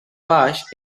baix